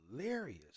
hilarious